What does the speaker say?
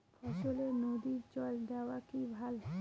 ফসলে নদীর জল দেওয়া কি ভাল?